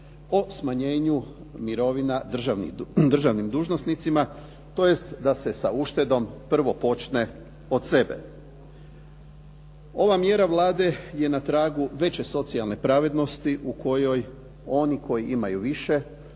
o smanjenju mirovina državnim dužnosnicima, tj. da se sa uštedom prvo počne od sebe. Ova mjera Vlade je na tragu veće socijalne pravednosti u kojoj oni koji imaju više